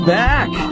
back